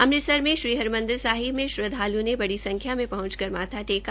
अमृतसर में श्री हरमंदिर साहिब में श्रद्वाल्ओं ने बड़ी संख्या में पहंच कर माथा टेका